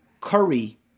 Curry